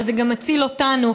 אבל זה מציל גם אותנו.